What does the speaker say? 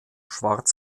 schwarz